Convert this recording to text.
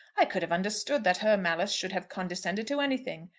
i could have understood that her malice should have condescended to anything,